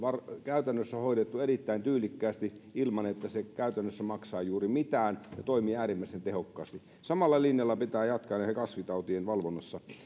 käytännössä hoidettu erittäin tyylikkäästi ilman että se käytännössä maksaa juuri mitään ja toimii äärimmäisen tehokkaasti samalla linjalla pitää jatkaa näiden kasvitautien valvonnassa